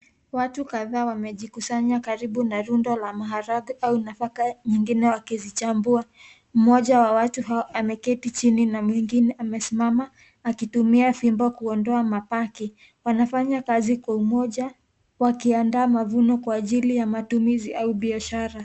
Watu kadhaa wamejikusanya karibu na rundo la maharagwe au nafaka nyingine wakizichambua. Mmoja wa watu hao ameketi chini na mwngine amesimama akitumia fimbo kuondoa mapaki. Wanafanya kazi kwa umoja, wakiandaa mavuno kwa ajili ya matumizi au biashara.